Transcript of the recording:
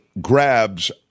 grabs